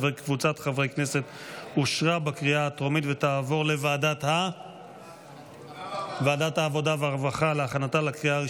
2023, לוועדת העבודה והרווחה נתקבלה.